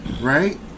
right